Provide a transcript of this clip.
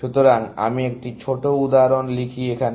সুতরাং আমি একটি ছোট উদাহরণ লিখি এখানে